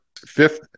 Fifth